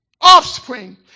offspring